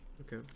Okay